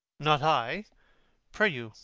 not i pray you,